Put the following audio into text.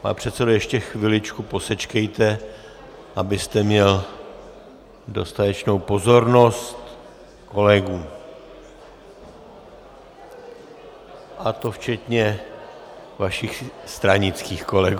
Pane předsedo, ještě chviličku posečkejte, abyste měl dostatečnou pozornost kolegů, a to včetně vašich stranických kolegů.